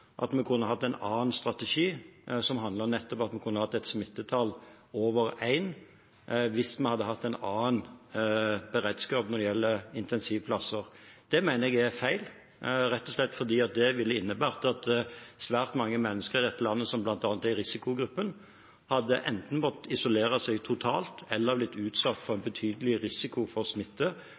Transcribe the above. at vi kunne hatt en annen strategi som handlet nettopp om at vi kunne hatt et smittetall på over 1 hvis vi hadde hatt en annen beredskap når det gjelder intensivplasser. Det mener jeg er feil, rett og slett fordi det ville ha innebåret at svært mange mennesker i dette landet, bl.a. de som er i risikogruppen, enten hadde måttet isolere seg totalt eller blitt utsatt for betydelig risiko for